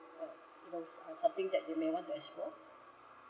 uh you know something that you may want to explore